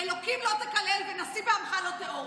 "אלוהים לא תקלל ונשיא בעמך לא תאֹר".